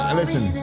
listen